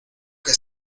que